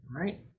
Right